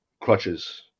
crutches